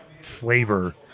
flavor